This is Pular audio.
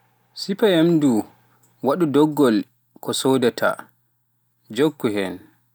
Sifaa nyaamdu, waɗ doggol ko soodata, jokku heen.